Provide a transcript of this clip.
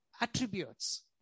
attributes